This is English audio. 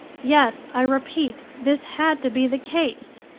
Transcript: yes, i repeat this had to be the case.